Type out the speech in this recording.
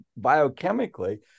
biochemically